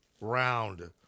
round